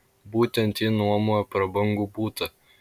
būtent ji nuomojo prabangų butą